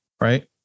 right